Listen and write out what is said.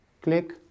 Click